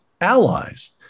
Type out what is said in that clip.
allies